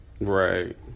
Right